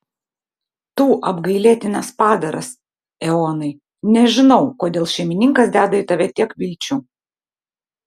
tu apgailėtinas padaras eonai nežinau kodėl šeimininkas deda į tave tiek vilčių